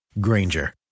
Granger